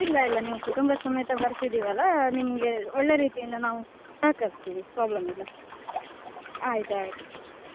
ಇಲ್ಲ ಇಲ್ಲ ನೀವು ಕುಟುಂಬ ಸಮೇತ ಬರ್ತಿದಿವಲ್ಲ ನಿಮಗೆ ಒಳ್ಳೆರೀತಿ ಇಂದ ನಾವು ಸಹಕರಿಸ್ತಿವಿ ಪ್ರಾಬ್ಲಮ್ ಇಲ್ಲ ಆಯಿತು ಆಯಿತು